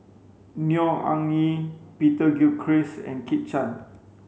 Neo Anngee Peter Gilchrist and Kit Chan